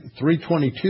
322